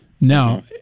Now